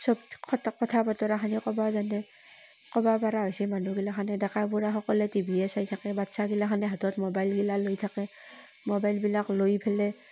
চব খতক কথা বতৰাখিনিও ক'বও জানে ক'ব পৰা হৈছে মানুহ গিলাখানে ডেকা বুঢ়া সকলে টিভিয়ে চাই থাকে বাচ্ছা গিলাখানে হাতত ম'বাইল বিলাক লৈ থাকে ম'বাইলবিলাক লৈ পেলাই